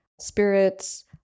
spirits